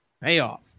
payoff